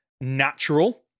natural